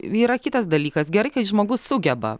yra kitas dalykas gerai kai žmogus sugeba